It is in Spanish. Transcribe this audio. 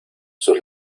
sus